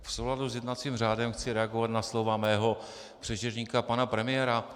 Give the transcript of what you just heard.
V souladu s jednacím řádem chci reagovat na slova svého předřečníka pana premiéra.